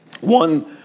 One